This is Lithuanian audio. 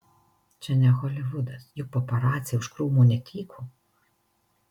čia ne holivudas juk paparaciai už krūmų netyko